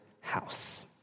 house